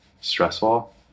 stressful